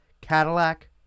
Cadillac